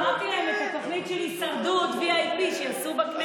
אמרתי להם שאת התוכנית הישרדות VIP שיעשו בכנסת.